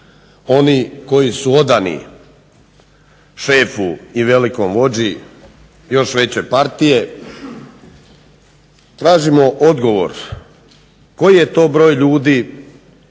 oni koji su odani šefu i velikom vođi još veće partije, tražimo odgovor koji je to broj ljudi,